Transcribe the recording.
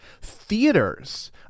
theaters